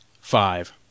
Five